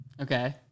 Okay